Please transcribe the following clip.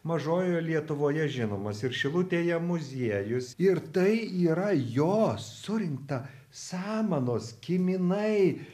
mažojoje lietuvoje žinomas ir šilutėje muziejus ir tai yra jo surinkta samanos kiminai